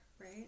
right